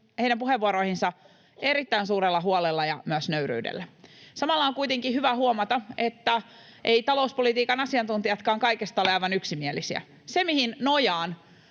heidän puheenvuoroihinsa erittäin suurella huolella ja myös nöyryydellä. Samalla on kuitenkin hyvä huomata, että eivät talouspolitiikan asiantuntijatkaan kaikesta ole aivan yksimielisiä. [Puhemies